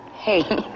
Hey